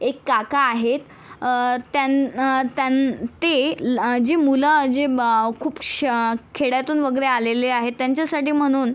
एक काका आहेत त्यां त्यां ते ल जी मुलं जे माव् खूप श खेड्यातून वगरे आलेले आहेत त्यांच्यासाठी म्हनून